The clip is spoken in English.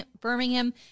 Birmingham